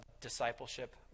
discipleship